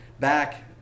back